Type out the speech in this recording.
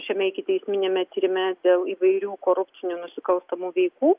šiame ikiteisminiame tyrime dėl įvairių korupcinių nusikalstamų veikų